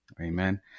amen